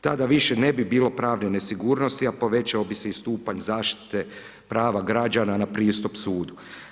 Tada više ne bilo pravne nesigurnosti, a povećao bi se i stupanj zaštite prava građana na pristup sudu.